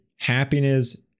happiness